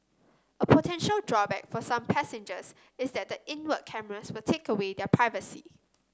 a potential drawback for some passengers is that the inward cameras would take away their privacy